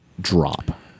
Drop